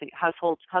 household